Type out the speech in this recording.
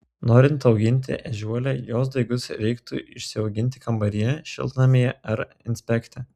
norint auginti ežiuolę jos daigus reiktų išsiauginti kambaryje šiltnamyje ar inspekte